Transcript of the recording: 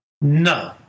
No